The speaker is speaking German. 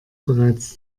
bereits